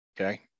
Okay